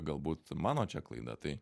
galbūt mano čia klaida tai